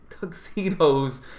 tuxedos